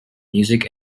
music